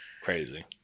Crazy